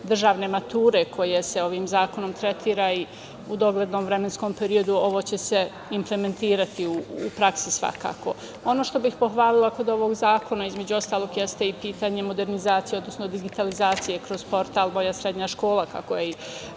državne mature, koje se ovim zakonom tretira i u doglednom vremenskom periodu ovo će se implementirati u praksi svakako. Ono što bih pohvalila kod ovog zakona, između ostalog, jeste i pitanje modernizacije, odnosno digitalizacije kroz portal „Bolja srednja škola“, kako je i